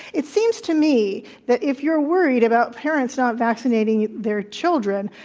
it seems to me that if you're worried about parents not vaccinating their children,